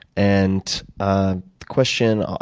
and the question ah